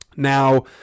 Now